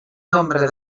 nombre